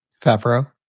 Favreau